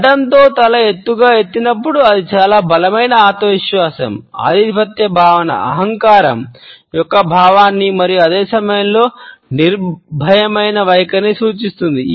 గడ్డం తో తల ఎత్తుగా ఎత్తినప్పుడు అది చాలా బలమైన ఆత్మవిశ్వాసం ఆధిపత్య భావన అహంకారం యొక్క భావాన్ని మరియు అదే సమయంలో నిర్భయమైన వైఖరిని సూచిస్తుంది